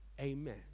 Amen